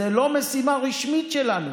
שזו לא משימה רשמית שלנו.